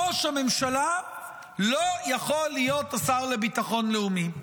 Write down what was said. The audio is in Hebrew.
ראש הממשלה לא יכול להיות השר לביטחון לאומי,